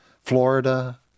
Florida